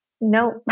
Nope